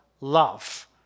love